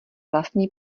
vlastní